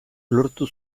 lortu